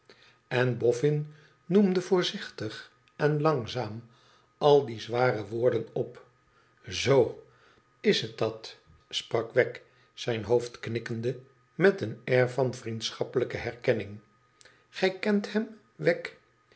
rijk boffin noemde voorzichtig en langzaam al die zware woorden op izoo is het dat sprak wegg zijn hoofd knikkende met een air van vriendschappelijke herkennmg gij kent hem wegg